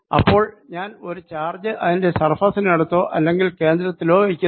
അപ്പോൾ ഞാൻ ഒരു ചാർജ് ഇതിന്റെ സർഫേസിന് അടുത്തോ അല്ലെങ്കിൽ കേന്ദ്രത്തിലോ വയ്ക്കുന്നു